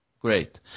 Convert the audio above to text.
Great